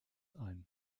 ein